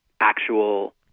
actual